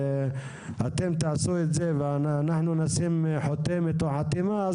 ואתם תעשו את זה ואנחנו נשים חותמת או חתימה,